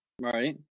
Right